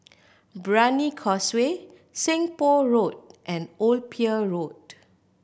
Brani Causeway Seng Poh Road and Old Pier Road